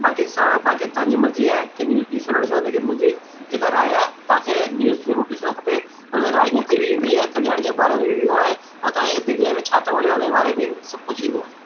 बाक़ी सवा बाक़ी तव्हांजी मर्ज़ी आहे कि न्यूज़ ॾिसो न ॾिसो लेकिनि मुंहिंजी जेका राय आहे तव्हांखे न्यूज़ ज़रूरु ॾिसिणो खपे हुन में राजनीति बि ईंदी आहे कल्याण जे बारे में बि ईंदो आहे और तव्हांजे दिल्लीअ में छा थो हले हुनजे बारे में सभु कुझु ईंदो आहे